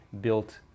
built